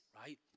right